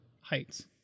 Heights